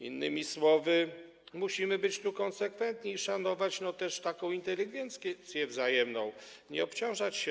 Innymi słowy, musimy być tu konsekwentni i szanować też taką inteligencję wzajemną, nie obciążać się.